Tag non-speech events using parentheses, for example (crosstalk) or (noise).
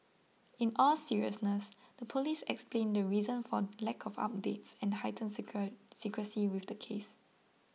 in all seriousness the police explained the reason for lack of updates and heightened (unintelligible) secrecy with the case